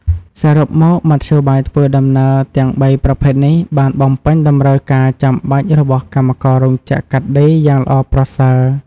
សរុបមក មធ្យោបាយធ្វើដំណើរទាំងបីប្រភេទនេះបានបំពេញតម្រូវការចាំបាច់របស់កម្មកររោងចក្រកាត់ដេរយ៉ាងល្អប្រសើរ។